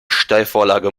steilvorlage